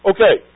Okay